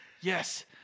Yes